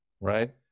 right